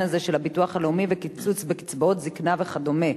הזה של הביטוח הלאומי וקיצוץ בקצבאות זיקנה וכדומה,